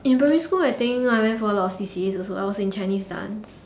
in primary school I think I went for a lot of C_C_As also I was in Chinese dance